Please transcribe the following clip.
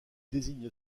désigne